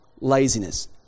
laziness